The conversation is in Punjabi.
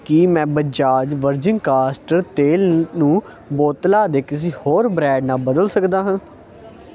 ਕੀ ਮੈਂ ਬਜਾਜ ਵਰਜਿਨ ਕੈਸਟਰ ਤੇਲ ਨੂੰ ਬੋਤਲਾਂ ਦੇ ਕਿਸੇ ਹੋਰ ਬ੍ਰੈਂਡ ਨਾਲ ਬਦਲ ਸਕਦਾ ਹਾਂ